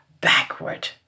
backward